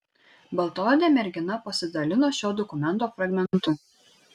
baltaodė mergina pasidalino šio dokumento fragmentu